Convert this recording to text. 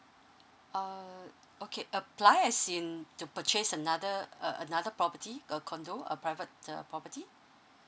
uh okay apply as in to purchase another uh another property a condo a private uh property